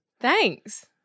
Thanks